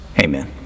Amen